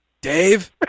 dave